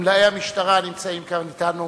נמצאים אתנו